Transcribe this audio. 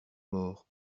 morts